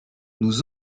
nous